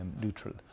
neutral